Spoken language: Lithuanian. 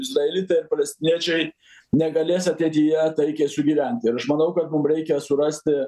izraelitai ir palestiniečiai negalės ateityje taikiai sugyvent ir aš manau kad mum reikia surasti